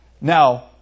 Now